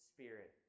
Spirit